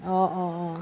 অঁ অঁ অঁ